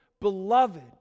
beloved